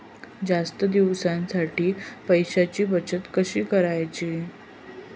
जास्त दिवसांसाठी पैशांची बचत कशी करायची?